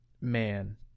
man